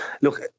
look